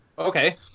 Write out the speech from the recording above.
okay